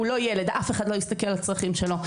הוא לא ילד, אף אחד לא יסתכל על הצרכים שלו.